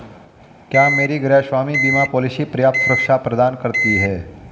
क्या मेरी गृहस्वामी बीमा पॉलिसी पर्याप्त सुरक्षा प्रदान करती है?